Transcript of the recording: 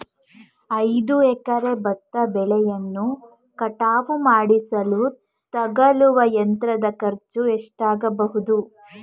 ಐದು ಎಕರೆ ಭತ್ತ ಬೆಳೆಯನ್ನು ಕಟಾವು ಮಾಡಿಸಲು ತಗಲುವ ಯಂತ್ರದ ಖರ್ಚು ಎಷ್ಟಾಗಬಹುದು?